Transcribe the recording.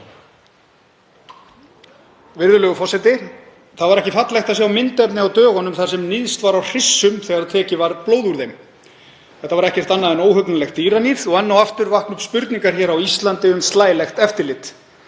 Virðulegur forseti. Það var ekki fallegt að sjá myndefni á dögunum þar sem níðst var á hryssum þegar tekið var blóð úr þeim. Þetta var ekkert annað en óhugnanlegt dýraníð. Enn og aftur vakna upp spurningar á Íslandi um slælegt eftirlit.